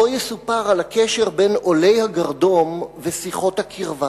ובו יסופר על הקשר בין עולי הגרדום ושיחות הקרבה.